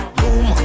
boom